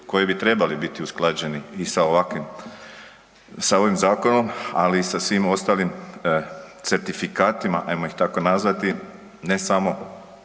koji bi trebali biti usklađeni i sa ovakvim, sa ovim zakonom ali i sa svim ostalim certifikatima, ajmo ih tako nazvati, ne samo